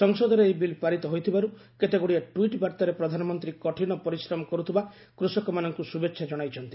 ସଂସଦରେ ଏହି ବିଲ୍ ପାରିତ ହୋଇଥିବାରୁ କେତେଗୁଡିଏ ଟୁଇଟ୍ ବାର୍ତାରେ ପ୍ରଧାନମନ୍ତ୍ରୀ କଠିନ ପରିଶ୍ରମ କରୁଥିବା କୃଷକମାନଙ୍କୁ ଶୁଭେଚ୍ଛା କଣାଇଛନ୍ତି